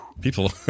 people